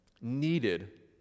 needed